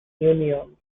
union